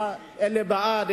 אלה בעד,